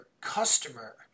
customer